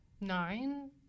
nine